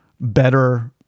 better